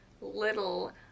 little